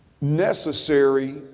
necessary